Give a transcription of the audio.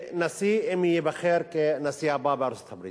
כנשיא, אם הוא ייבחר לנשיא הבא של ארצות-הברית?